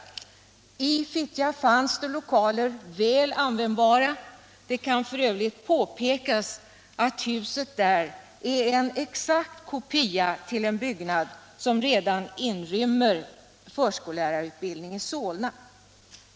I Fittja finns det väl användbara lokaler. Det kan f.ö. påpekas att huset där är en exakt kopia av en byggnad som redan inrymmer förskollärarutbildning i Solna.